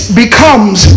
becomes